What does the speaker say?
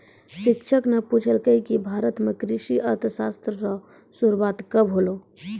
शिक्षक न पूछलकै कि भारत म कृषि अर्थशास्त्र रो शुरूआत कब होलौ